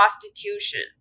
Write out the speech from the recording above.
prostitution